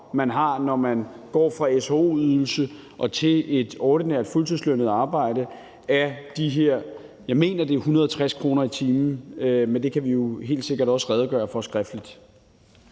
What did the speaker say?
man har, når man går fra sho-ydelse og til et ordinært fuldtidslønnet arbejde, er de her, jeg mener, det er 160 kr. i timen, men det kan vi jo helt sikkert også redegøre for skriftligt.